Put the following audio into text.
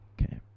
Okay